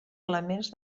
elements